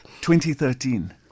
2013